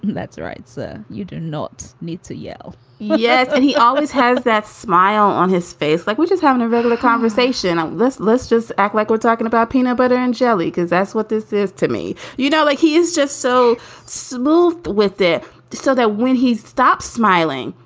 that's right, sir. you do not need to yell yes. and he always has that smile on his face, like we're just having a regular conversation. let's let's just act like we're talking about peanut butter and jelly, cause that's what this is to me. you know, like he is just so smooth with it so that when he stops smiling,